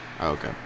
okay